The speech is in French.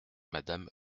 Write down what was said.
madame